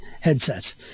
headsets